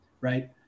Right